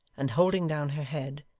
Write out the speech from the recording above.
and holding down her head,